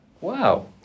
wow